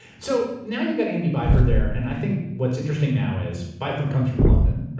so, now you've got andy byford there, and i think what's interesting now is, byford comes from london,